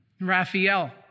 Raphael